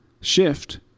Shift